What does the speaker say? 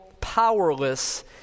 powerless